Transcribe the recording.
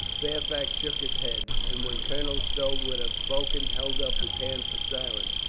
fairfax shook his head and when colonel stow would have spoken held up his hand for silence.